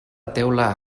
teula